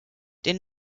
den